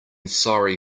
sorry